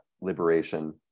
liberation